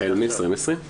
החל מ-2020.